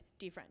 defriend